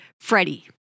Freddie